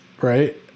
Right